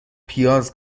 پیاز